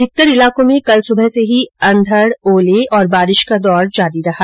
अधिकतर इलाकों में कल सुबह से ही अंधड ओले और बारिश का दौर जारी रहा